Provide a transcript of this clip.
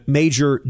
Major